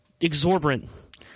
exorbitant